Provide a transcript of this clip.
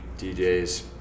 DJs